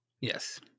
yes